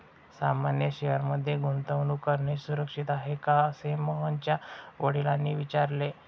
सामान्य शेअर मध्ये गुंतवणूक करणे सुरक्षित आहे का, असे मोहनच्या वडिलांनी विचारले